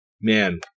Man